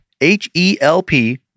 H-E-L-P